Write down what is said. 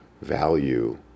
value